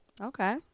Okay